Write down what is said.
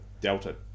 Delta